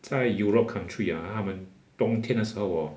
在 europe country ah 他们冬天的时候 hor